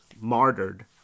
martyred